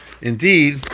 indeed